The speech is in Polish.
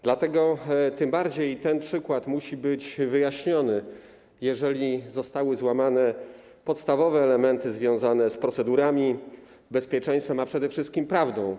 Dlatego tym bardziej ten przykład musi być wyjaśniony, jeżeli zostały złamane podstawowe elementy związane z procedurami, bezpieczeństwem, a przede wszystkim prawdą.